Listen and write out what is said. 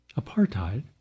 apartheid